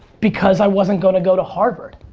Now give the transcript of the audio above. because i wasn't gonna go to harvard.